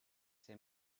ses